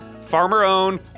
Farmer-owned